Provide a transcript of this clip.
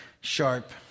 sharp